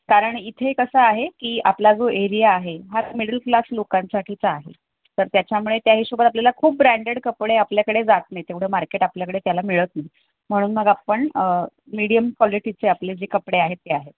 कारण इथे कसं आहे की आपला जो एरिया आहे हा मिडल क्लास लोकांसाठीचा आहे तर त्याच्यामुळे त्या हिशोबात आपल्याला खूप ब्रँडेड कपडे आपल्याकडे जात नाही तेवढं मार्केट आपल्याकडे त्याला मिळत नाही म्हणून मग आपण मिडियम क्वालिटीचे आपले जे कपडे आहेत ते आहे